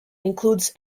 includes